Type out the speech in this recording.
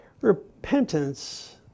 Repentance